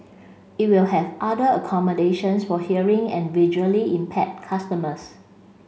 it will have other accommodations for hearing and visually impaired customers